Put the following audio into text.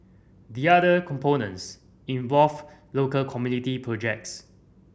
the other components involve local community projects